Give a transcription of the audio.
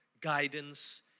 guidance